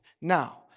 Now